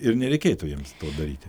ir nereikėtų jiems to daryti